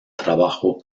trabajo